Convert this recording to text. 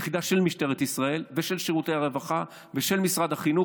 יחידה של משטרת ישראל ושל שירותי הרווחה ושל משרד החינוך,